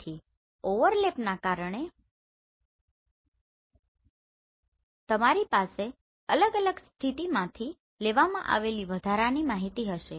તેથી ઓવરલેપના કારણે તમારી પાસે અલગ અલગ સ્થિતિમાંથી લેવામાં આવેલી વધારાની માહિતી હશે